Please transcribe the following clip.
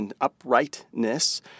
uprightness